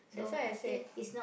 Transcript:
that's why I said